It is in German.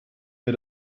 mir